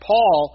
Paul